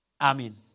Amen